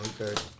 Okay